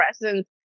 presence